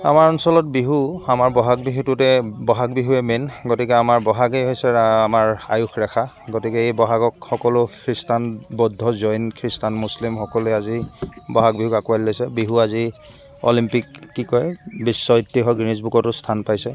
আমাৰ অঞ্চলত বিহু আমাৰ বহাগ বিহুটোতে বহাগ বিহুৱে মেইন গতিকে আমাৰ বহাগেই হৈছে আমাৰ আয়ুস ৰেখা গতিকে এই বহাগক সকলো খ্ৰীষ্টান বৌদ্ধ জৈন খ্ৰীষ্টান মুছলিমসকলে আজি বহাগ বিহুক আকোঁৱালি লৈছে বিহু আজি অলিম্পিক কি কয় বিশ্ব গিনিছ বুকতো স্থান পাইছে